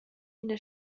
ina